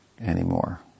anymore